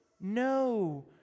No